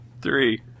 three